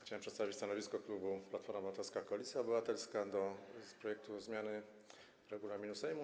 Chciałem przedstawić stanowisko klubu Platforma Obywatelska - Koalicja Obywatelska wobec projektu zmiany regulaminu Sejmu.